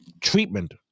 treatment